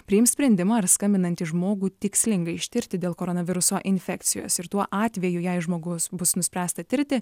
priims sprendimą ar skambinantį žmogų tikslinga ištirti dėl koronaviruso infekcijos ir tuo atveju jei žmogus bus nuspręsta tirti